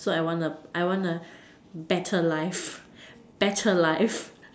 so I want a I want a better life better life